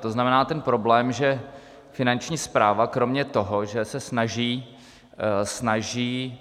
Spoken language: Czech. To znamená, ten problém, že Finanční správa kromě toho, že se snaží